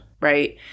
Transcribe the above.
right